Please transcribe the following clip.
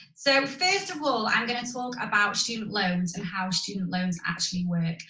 so, first of all, i'm going to talk about student loans and how student loans actually work.